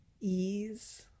ease